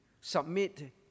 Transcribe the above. submit